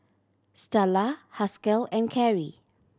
Stella Haskell and Kerrie